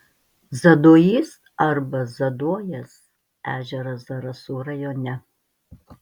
zaduojys arba zaduojas ežeras zarasų rajone